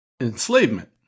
enslavement